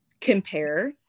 compare